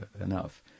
enough